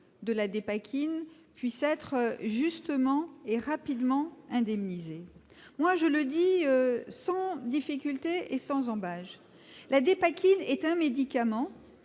de la Dépakine soient justement et rapidement indemnisées. Je le dis sans difficulté et sans ambages, la Dépakine est un médicament